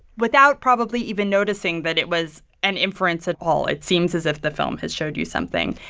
without probably even noticing that it was an inference at all. it seems as if the film has showed you something.